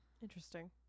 Interesting